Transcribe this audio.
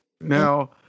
Now